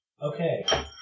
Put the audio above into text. Okay